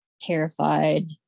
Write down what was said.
terrified